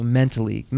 mentally